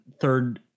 third